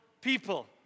people